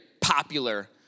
popular